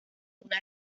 una